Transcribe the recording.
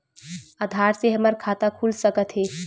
आधार से हमर खाता खुल सकत हे?